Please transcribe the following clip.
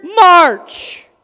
march